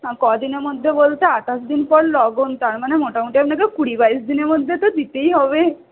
কদিনের মধ্যে বলতে আঠাশ দিন পর লগন তারমানে মোটামুটি আপনাকে কুড়ি বাইশের দিনের মধ্যে তো দিতেই হবে